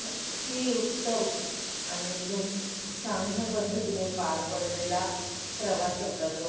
अतिउत्तम आणि एकदम चांगल्या पद्धतीने पार पडलेला प्रवास होता तो